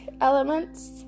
elements